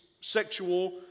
sexual